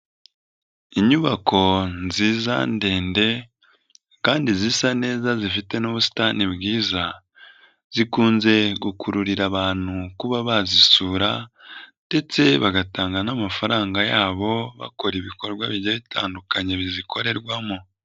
Inyubako nziza ndende kandi zisa neza zifite n'ubusitani bwiza, zikunze gukururira abantu kuba bazisura ndetse bagatanga n'amafaranga yabo bakora ibikorwa bigiye bitandukanye bizikorerwamo.